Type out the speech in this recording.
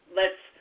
lets